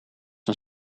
een